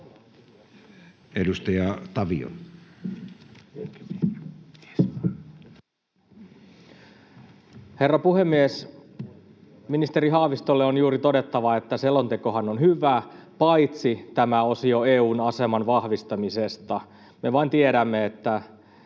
15:22 Content: Herra puhemies! Ministeri Haavistolle on juuri todettava, että selontekohan on hyvä — paitsi tämä osio EU:n aseman vahvistamisesta. Me vain tiedämme, että